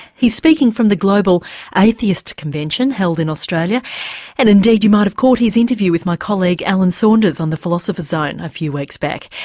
he's speaking from the global atheist convention held in australia and indeed you might have caught his interview with my colleague alan saunders on the philosopher's zone a few weeks back.